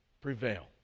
prevail